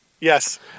Yes